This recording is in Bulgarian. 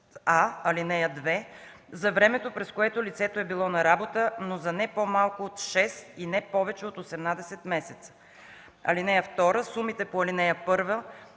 ал. 2 за времето, през което лицето е било на работа, но за не по-малко от 6 и не повече от 18 месеца. (2) Сумите по ал. 1